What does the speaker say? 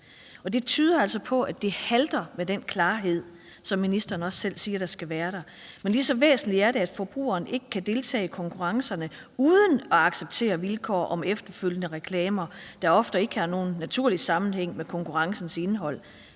det tyder altså på, at det halter med den klarhed, som ministeren også selv siger at der skal være. Men det er lige så væsentligt, at forbrugeren ikke kan deltage i konkurrencerne uden at acceptere vilkår om efterfølgende reklamer, der ofte ikke har nogen naturlig sammenhæng med konkurrencens indhold.